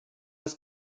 eus